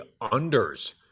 unders